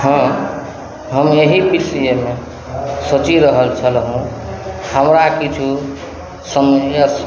हँ हम एहि विषयमे सोचि रहल छलहुँ हमरा किछु समय सऽ